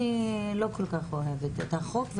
אני לא כל כך אוהבת את החוק,